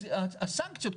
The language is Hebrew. אז הסנקציות,